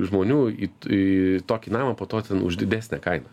žmonių į t į tokį namą po to ten už didesnę kainą